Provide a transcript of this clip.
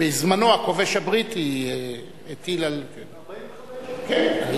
שבזמנו הכובש הבריטי הטיל על, 1945. כן.